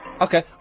Okay